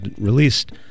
released